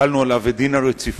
החלנו עליו את דין הרציפות,